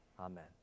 Amen